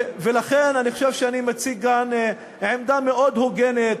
ולכן אני חושב שאני מציג כאן עמדה מאוד הוגנת,